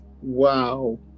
Wow